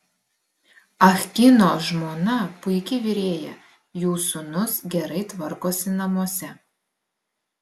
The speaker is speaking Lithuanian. ah kino žmona puiki virėja jų sūnus gerai tvarkosi namuose